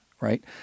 right